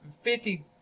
fifty